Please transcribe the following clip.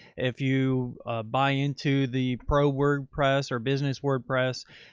if you buy into the pro wordpress or business wordpress,